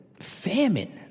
Famine